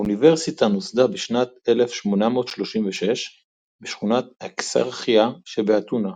האוניברסיטה נוסדה בשנת 1836 בשכונת אקסרכיה שבאתונה,